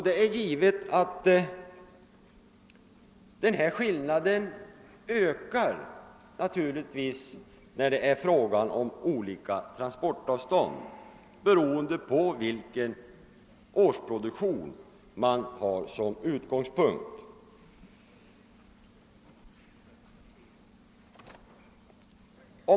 Det är givet att beloppet för olika transportavstånd varierar beroende på vilken årsproduktion man tar som utgångspunkt.